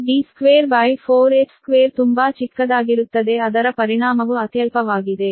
ಆದ್ದರಿಂದ D24h2 ತುಂಬಾ ಚಿಕ್ಕದಾಗಿರುತ್ತದೆ ಆದ್ದರಿಂದ ಅದರ ಪರಿಣಾಮವು ಅತ್ಯಲ್ಪವಾಗಿದೆ